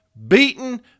Beaten